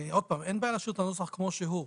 אין בעיה להשאיר את הנוסח כפי שהוא,